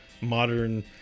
modern